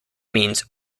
means